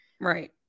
right